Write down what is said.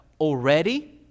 already